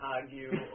argue